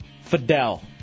Fidel